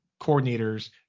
coordinators